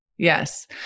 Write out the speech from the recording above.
Yes